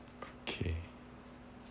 okay